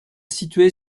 situé